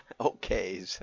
Okay